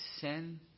sin